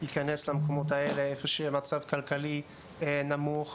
איפה שהמצב הכלכלי נמוך,